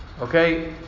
okay